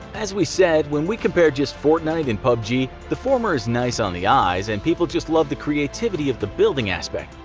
as we said when we compared just fortnite and pubg, the former is nice on the eyes and people just love the creativity of the building aspect.